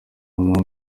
mpamvu